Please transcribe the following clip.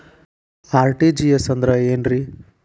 RTGS ಅಂದ್ರ ಏನ್ರಿ?